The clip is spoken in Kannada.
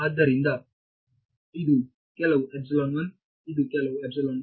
ಆದ್ದರಿಂದ ಇದು ಕೆಲವು ಎಪ್ಸಿಲಾನ್ 1 ಇದು ಕೆಲವು ಮತ್ತು